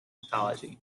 anthology